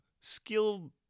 skill